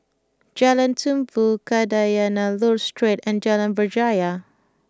Jalan Tumpu Kadayanallur Street and Jalan Berjaya